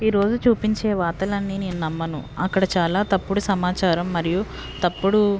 ఈ రోజు చూపించే వార్తలన్నీ నేను నమ్మను అక్కడ చాలా తప్పుడు సమాచారం మరియు తప్పుడు